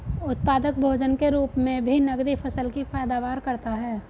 उत्पादक भोजन के रूप मे भी नकदी फसल की पैदावार करता है